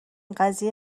قضیه